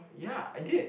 ya I did